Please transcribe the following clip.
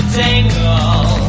tangle